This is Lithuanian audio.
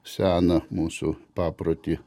seną mūsų paprotį